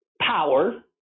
power